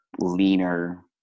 leaner